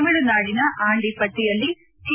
ತಮಿಳುನಾಡಿನ ಆಂಡಿಪಟ್ಟಿಯಲ್ಲಿ ಟಿ